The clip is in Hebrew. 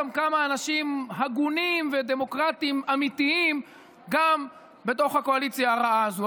אז גם כמה אנשים הגונים ודמוקרטיים אמיתיים בתוך הקואליציה הרעה הזו.